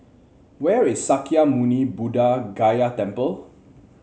where is Sakya Muni Buddha Gaya Temple